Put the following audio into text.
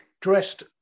dressed